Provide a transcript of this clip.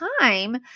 time